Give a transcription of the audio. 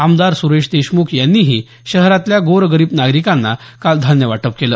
आमदार सुरेश देशमुख यांनीही शहरातल्या गोरगरीब नागरिकांना धान्य वाटप केलं